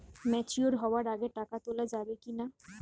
Mature হওয়ার আগে টাকা তোলা যাবে কিনা?